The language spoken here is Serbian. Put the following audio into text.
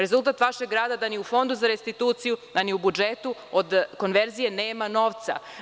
Rezultat vašeg rada je da ni u Fondu za restituciju, a ni u budžetu, od konverzije nema novca.